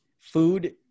food